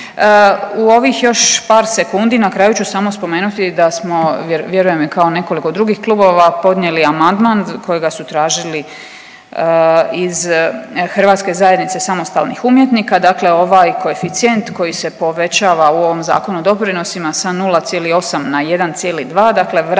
U ovih još par sekundi na kraju ću samo spomenuti da smo vjerujem i kao nekoliko drugih klubova podnijeli amandman kojega su tražili iz Hrvatske zajednice samostalnih umjetnika, dakle ovaj koeficijent koji se povećava u ovom Zakonu o doprinosima sa 0,8 na 1,2 dakle vraća